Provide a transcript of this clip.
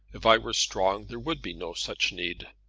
if i were strong there would be no such need.